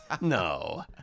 No